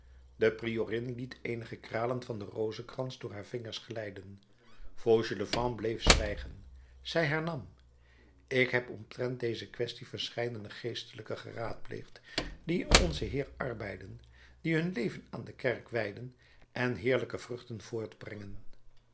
de priorin liet eenige kralen van den rozenkrans door haar vingers glijden fauchelevent bleef zwijgen zij hernam ik heb omtrent deze kwestie verscheidene geestelijken geraadpleegd die in onzen heer arbeiden die hun leven aan de kerk wijden en heerlijke vruchten voortbrengen